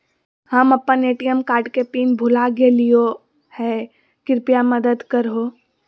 हम अप्पन ATM card के पिन भुला गेलिओ हे कृपया मदद कर हो